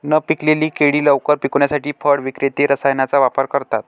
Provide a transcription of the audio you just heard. न पिकलेली केळी लवकर पिकवण्यासाठी फळ विक्रेते रसायनांचा वापर करतात